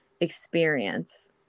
experience